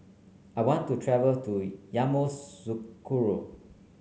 I want to travel to Yamoussoukro